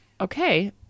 Okay